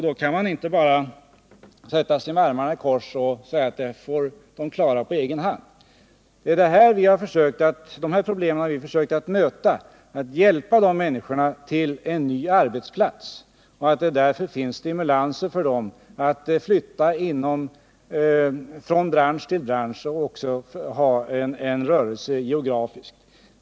Då kan man inte bara sätta sig med armarna i kors och säga att de får klara det på egen hand. Det är de problemen som vi har försökt möta genom att hjälpa dessa människor till en ny arbetsplats och ge stimulanser för dem att flytta från en bransch till en annan och också röra sig geografiskt.